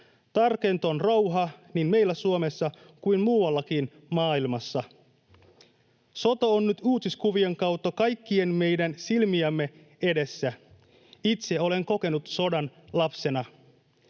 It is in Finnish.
Tärkeintä on rauha niin meillä Suomessa kuin muuallakin maailmassa. Sota on nyt uutiskuvien kautta kaikkien meidän silmiemme edessä. Itse olen kokenut sodan lapsena.